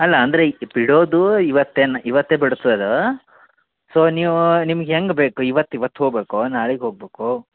ಅಲ್ಲ ಅಂದರೆ ಈಗ ಬಿಡೋದು ಇವತ್ತೇನೆ ಇವತ್ತೆ ಬಿಡ್ತದಾ ಸೊ ನೀವು ನಿಮ್ಗೆ ಹೆಂಗೆ ಬೇಕು ಇವತ್ತು ಇವತ್ತು ಹೋಗಬೇಕು ನಾಳಿಗೆ ಹೋಗಬೇಕು